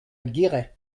guéret